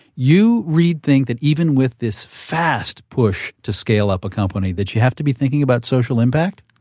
you, reid, think that even with this fast push to scale up a company that you have to be thinking about social impact?